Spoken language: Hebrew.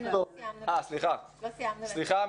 סליחה,